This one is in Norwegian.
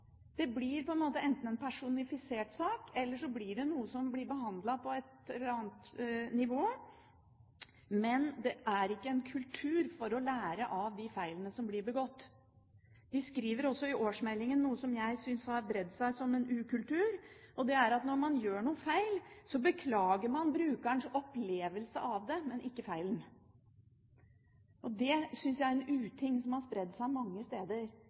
Det blir på en måte enten en personifisert sak eller noe som blir behandlet på et eller annet nivå. Men det er ikke kultur for å lære av de feilene som blir begått. De skriver også i årsmeldingen noe som jeg synes har bredd seg som en ukultur, og det er at når man gjør en feil, beklager man brukerens opplevelse av den, men ikke feilen. Jeg synes det er en uting, som har spredd seg mange steder,